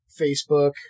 Facebook